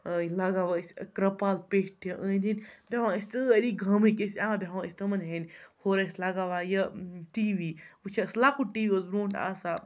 لگاوان ٲسۍ کرٛپال پیٚٹھۍ یہِ أنٛدۍ أنٛدۍ بیٚہوان ٲسۍ سٲری گامٕکۍ ٲسۍ یِوان بیٚہوان ٲسۍ تٕمَن ہِنٛدۍ ہورٕ ٲسۍ لَگاوان یہِ ٹی وی وٕچھ حظ لۄکُٹ ٹی وی اوس بروںٛٹھ آسان